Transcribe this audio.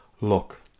look